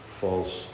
false